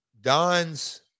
Don's